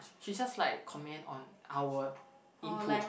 she just like comment on our input